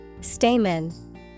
Stamen